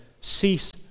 cease